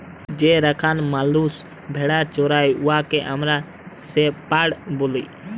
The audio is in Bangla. যে রাখাল মালুস ভেড়া চরাই উয়াকে আমরা শেপাড় ব্যলি